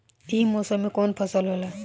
ई मौसम में कवन फसल होला?